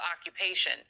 occupation